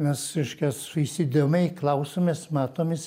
mes reiškias įsidėmiai klausomės matomės